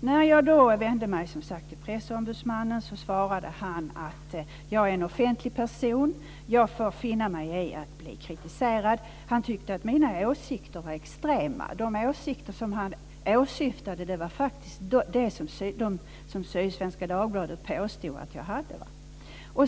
När jag vände mig till pressombudsmannen svarade han att jag är en offentlig person. Jag får finna mig i att bli kritiserad. Han tyckte att mina åsikter är extrema. De åsikter som han åsyftade är de som Sydsvenska Dagbladet påstod att jag hade.